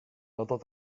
nadat